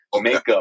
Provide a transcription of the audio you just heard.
makeup